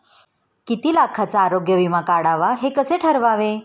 किती लाखाचा आरोग्य विमा काढावा हे कसे ठरवावे?